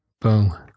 Boom